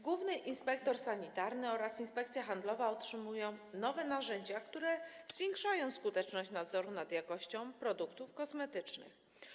Główny Inspektorat Sanitarny oraz Państwowa Inspekcja Handlowa otrzymają nowe narzędzia, które zwiększą skuteczność nadzoru nad jakością produktów kosmetycznych.